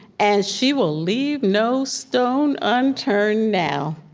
and she will leave no stone unturned now.